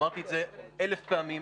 אמרתי את זה אלף פעמים.